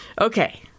Okay